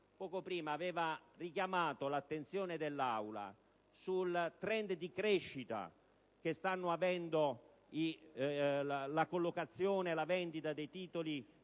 poc'anzi ha richiamato l'attenzione dell'Aula sul *trend* di crescita che stanno avendo la collocazione e la vendita dei titoli